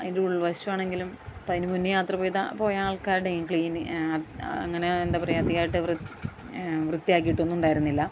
അതിൻ്റെ ഉൾവശമാണെങ്കിലും അപ്പം അതിന് മുന്നേ യാത്ര പോയ പോയ ആൾക്കാരുടെ ക്ലീൻ അങ്ങനെ എന്താണ് പറയുക അധികമായിട്ട് വൃ വൃത്തിയാക്കിയിട്ടൊന്നും ഉണ്ടായിരുന്നില്ല